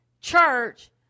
church